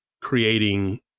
creating